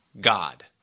God